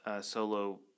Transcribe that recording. solo